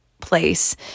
place